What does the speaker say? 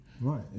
right